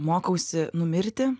mokausi numirti